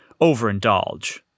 overindulge